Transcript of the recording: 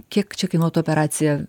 kiek čia kainuotų operacija